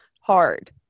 hard